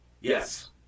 Yes